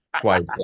twice